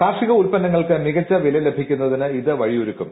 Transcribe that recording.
കാർഷിക ഉൽപന്നങ്ങൾക്ക് മികച്ച വില ലഭിക്കുന്നതിന് ഇത് വഴിയൊരുക്കും